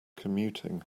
commuting